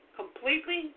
completely